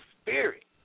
spirit